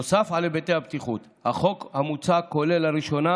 נוסף על היבטי הבטיחות החוק המוצע כולל לראשונה